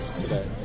today